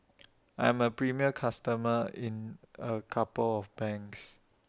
I'm A premium customer in A couple of banks